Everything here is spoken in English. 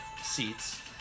seats